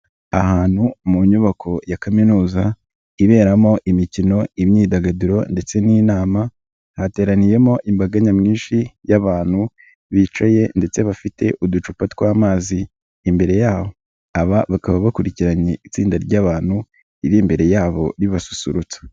Ahantu mu nyubako ya kaminuza, iberamo imikino, imyidagaduro ndetse n'inama, hateraniyemo imbaga nyamwinshi y'abantu bicaye ndetse bafite uducupa tw'amazi imbere yabo, aba bakaba bakurikiranye itsinda ry'abantu riri imbere yabo ribasusurutsa.